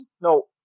No